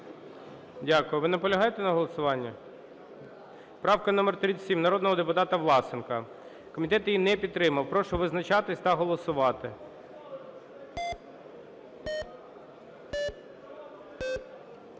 Дякую. Ви наполягаєте на голосуванні? Правка номер 37 народного депутата Власенка. Комітет її не підтримав. Прошу визначатися та голосувати.